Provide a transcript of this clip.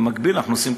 במקביל אנחנו עושים,